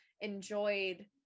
enjoyed